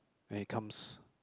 and he comes